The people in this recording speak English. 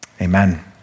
Amen